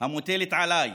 שמוטלת עליי